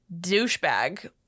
douchebag